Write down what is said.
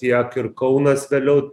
tiek ir kaunas vėliau